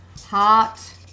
heart